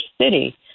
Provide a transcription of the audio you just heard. city